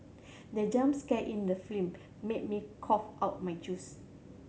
the jump scare in the film made me cough out my juice